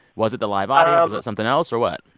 was it the live audience? was it something else or what?